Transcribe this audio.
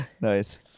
Nice